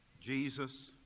Jesus